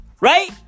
Right